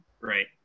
right